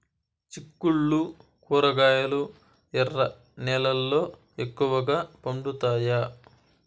చిక్కుళ్లు కూరగాయలు ఎర్ర నేలల్లో ఎక్కువగా పండుతాయా